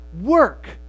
work